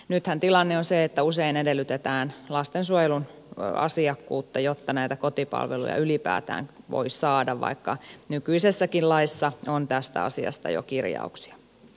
nythän tilanne on se että usein edellytetään lastensuojelun asiakkuutta jotta näitä kotipalveluja ylipäätään voi saada vaikka nykyisessäkin laissa on tästä asiasta jo kirjauksia